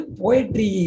poetry